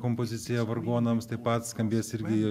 kompozicija vargonams taip pat skambės irgi